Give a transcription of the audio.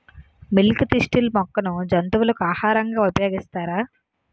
Milk thistle మొక్కను జంతువులకు ఆహారంగా ఉపయోగిస్తారా?